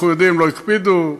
אנחנו יודעים, לא הקפידו.